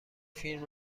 فیلم